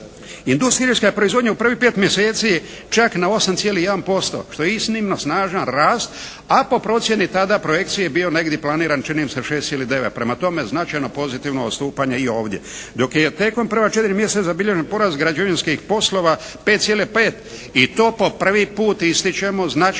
Industrijska proizvodnja u prvih pet mjeseci čak na 8,1% što je iznimno snažan rast, a po procjeni tada projekcije je bio negdje planiran čini mi se 6,9. Prema tome značajno pozitivno odstupanje i ovdje. Dok je tijekom prva četiri mjeseca zabilježen porast građevinskih poslova 5,5 i to po prvi puta ističemo značajno,